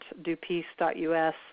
dopeace.us